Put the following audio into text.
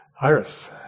Iris